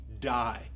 die